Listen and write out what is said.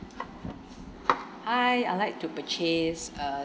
hi I'd like to purchase uh